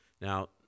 Now